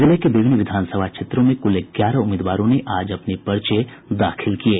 जिले के विभिन्न विधानसभा क्षेत्रों में कुल ग्यारह उम्मीदवारों ने आज अपने पर्चे दाखिल किये